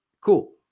cool